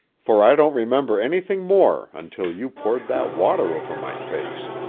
for i don't remember anything more until you poured that water over my face.